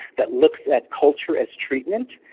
that looks at culture as treatment,